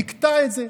נקטע את זה,